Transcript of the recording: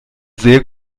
sehr